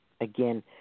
Again